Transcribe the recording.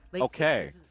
Okay